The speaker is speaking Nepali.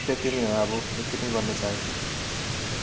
त्यति नै हो अब यति नै भन्न चाहेको